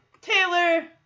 Taylor